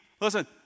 listen